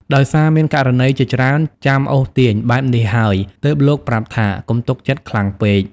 ដោយសារមានករណីជាច្រើនចាំអូសទាញបែបនេះហើយ ទើបលោកប្រាប់ថា កុំទុកចិត្តខ្លាំងពេក ។